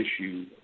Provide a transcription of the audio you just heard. issue